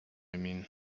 mean